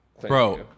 Bro